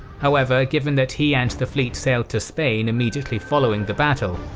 however, given that he and the fleet sailed to spain immediately following the battle,